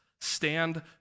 stand